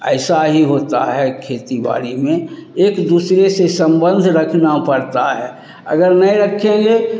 ऐसा ही होता है खेती बाड़ी में एक दूसरे से संबंध रखना पड़ता है अगर नहीं रखेंगे